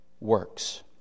works